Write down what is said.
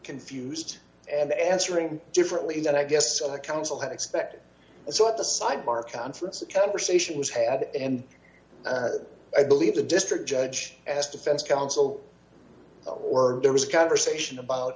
confused and the answering differently than i guess counsel had expected so at the sidebar conference a conversation was had and i believe the district judge as defense counsel or there was a conversation about